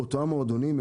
אותם מועדונים,